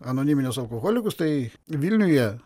anoniminius alkoholikus tai vilniuje